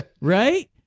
Right